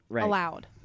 allowed